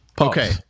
Okay